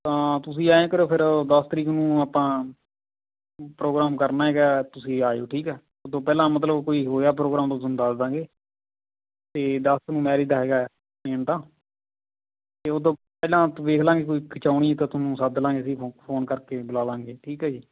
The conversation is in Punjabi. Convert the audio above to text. ਤਾਂ ਤੁਸੀਂ ਐਂ ਕਰਿਓ ਫਿਰ ਦਸ ਤਰੀਕ ਨੂੰ ਆਪਾਂ ਪ੍ਰੋਗਰਾਮ ਕਰਨਾ ਹੈਗਾ ਤੁਸੀਂ ਆ ਜਾਇਓ ਠੀਕ ਹੈ ਉੱਦੋਂ ਪਹਿਲਾਂ ਮਤਲਬ ਕੋਈ ਹੋਇਆ ਪ੍ਰੋਗਰਾਮ ਤਾਂ ਤੁਹਾਨੂੰ ਦੱਸ ਦਾਂਗੇ ਅਤੇ ਦਸ ਨੂੰ ਮੈਰਿਜ ਦਾ ਹੈਗਾ ਹੈ ਮੇਨ ਤਾਂ ਅਤੇ ਉੱਦੋਂ ਪਹਿਲਾਂ ਆਪਾਂ ਵੇਖ ਲਾਂਗੇ ਕੋਈ ਖਿਚਵਾਉਣੀ ਤਾਂ ਤੁਹਾਨੂੰ ਸੱਦ ਲਾਂਗੇ ਅਸੀਂ ਫੋ ਫੋਨ ਕਰਕੇ ਬੁਲਾ ਲਾਂਗੇ ਠੀਕ ਹੈ ਜੀ